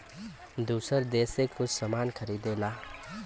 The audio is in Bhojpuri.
दूसर देस से कुछ सामान खरीदेला